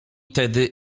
tedy